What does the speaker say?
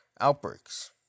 outbreaks